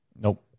Nope